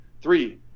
Three